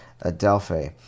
Adelphi